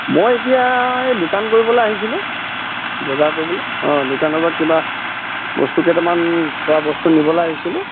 মই এতিয়া এই দোকান কৰিবলৈ আহিছিলোঁ বজাৰ কৰিবলৈ অঁ দোকানৰ পৰা কিবা বস্তু কেইটামান খোৱা বস্তু নিবলৈ আহিছিলোঁ